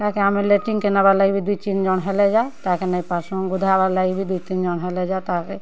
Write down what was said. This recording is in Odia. ତାହାକେ ଆମେ ଲେଟିନ୍କେ ନେବାର୍ ଲାଗି ଦୁଇ ତିନ୍ ଜନ୍ ହେଲେ ଯା ନେଇଁ ପର୍ସୁଁ ଗୁଧାବାର୍ ଲାଗି ବି ଦୁଇ ତିନ୍ ଜନ୍ ହେଲେ ଯା ତା'ପରେ